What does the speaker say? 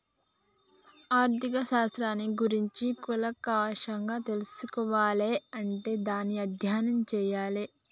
ఆర్ధిక శాస్త్రాన్ని గురించి కూలంకషంగా తెల్సుకోవాలే అంటే చానా అధ్యయనం చెయ్యాలే